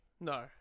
No